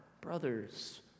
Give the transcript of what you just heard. brothers